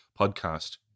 podcast